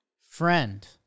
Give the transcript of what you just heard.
friend